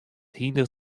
hynder